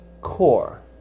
core